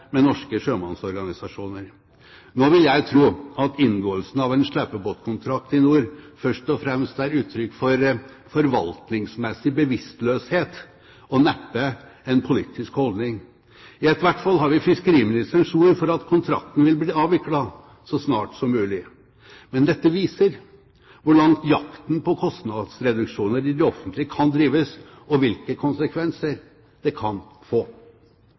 med norske sjømannsorganisasjoner. Nå vil jeg tro at inngåelsen av en slepebåtkontrakt i nord først og fremst er uttrykk for forvaltningsmessig bevisstløshet – og neppe en politisk holdning. I hvert fall har vi fiskeriministerens ord for at kontrakten vil bli avviklet så snart som mulig. Men dette viser hvor langt jakten på kostnadsreduksjoner i det offentlige kan drives – og hvilke konsekvenser det kan få.